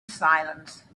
silence